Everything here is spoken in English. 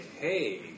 hey